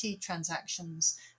transactions